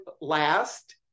last